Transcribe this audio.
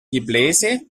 gebläse